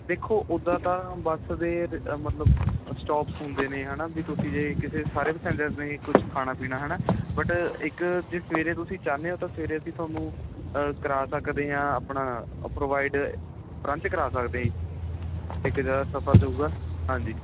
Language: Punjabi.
ਦੇਖੋ ਉੱਦਾਂ ਤਾਂ ਬਸ ਦੇ ਤਾਂ ਮ ਤਲਬ ਸਟੋਪਸ ਹੁੰਦੇ ਨੇ ਹੈ ਨਾ ਵੀ ਤੁਸੀਂ ਜੇ ਕਿਸੇ ਸਾਰੇ ਪਸੈਂਜਰਸ ਨੇ ਕੁਛ ਖਾਣਾ ਪੀਣਾ ਹੈ ਨਾ ਬਟ ਇੱਕ ਜੇ ਸਵੇਰੇ ਤੁਸੀਂ ਚਾਹੁੰਦੇ ਹੋ ਤਾਂ ਸਵੇਰੇ ਅਸੀਂ ਤੁਹਾਨੂੰ ਕਰਾ ਸਕਦੇ ਹਾਂ ਆਪਣਾ ਪ੍ਰੋਵਾਈਡ ਟਰੰਚ ਕਰਾ ਸਕਦੇ ਜੀ ਇੱਕ ਹਜ਼ਾਰ ਤਾਂ ਪਰ ਜਾਵੇਗਾ ਹਾਂਜੀ